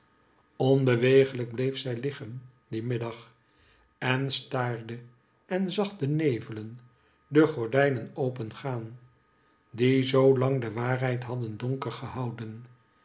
onbewegelijk bleef zij liggen dien middag en staarde en zag de nevelen de gordijnen opengaan die zoo lang de waarheid hadden donker gehouden